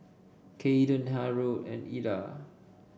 Kayden Harold and Eda